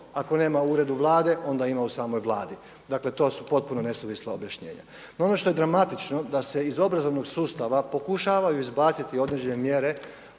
Ako nema u uredu Vlade onda ima u samoj Vladi. Dakle, to su potpuno nesuvisla objašnjenja. No ono što je dramatično da se iz obrazovnog sustava pokušavaju izbaciti određene mjere